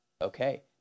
okay